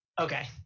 Okay